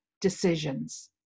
decisions